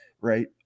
right